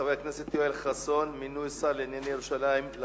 של חבר הכנסת עפו אגבאריה: אנטנות בשכונת עין-אברהים באום-אל-פחם,